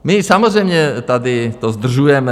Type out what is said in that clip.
My samozřejmě tady to zdržujeme.